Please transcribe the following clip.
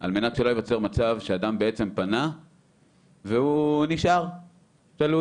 על מנת שלא ייווצר מצב שאדם פנה והוא נשאר תלוי.